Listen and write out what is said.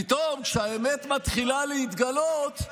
פתאום, כשהאמת מתחילה להתגלות,